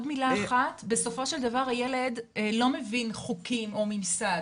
בסופו של דבר הילד לא מבין חוקים או ממסד,